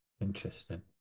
interesting